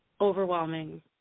overwhelming